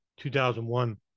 2001